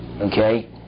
Okay